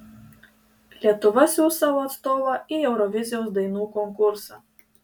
lietuva siųs savo atstovą į eurovizijos dainų konkursą